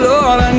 Lord